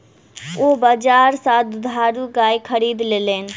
ओ बजार सा दुधारू गाय खरीद लेलैन